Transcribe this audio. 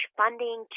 funding